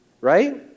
Right